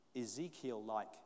Ezekiel-like